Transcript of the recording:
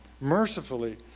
mercifully